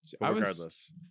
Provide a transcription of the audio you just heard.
regardless